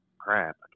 crap